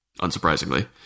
unsurprisingly